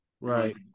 Right